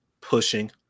pushing